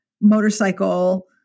motorcycle